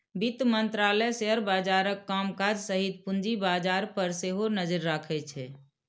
वित्त मंत्रालय शेयर बाजारक कामकाज सहित पूंजी बाजार पर सेहो नजरि रखैत छै